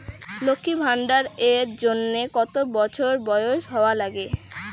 লক্ষী ভান্ডার এর জন্যে কতো বছর বয়স হওয়া লাগে?